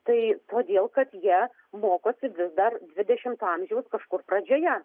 tai todėl kad jie mokosi vis dar dvidešimto amžiaus kažkur pradžioje